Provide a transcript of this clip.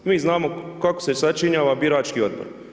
Mi znamo kako se sačinjava birački Odbor.